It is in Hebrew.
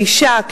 כאשה,